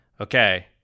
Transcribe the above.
Okay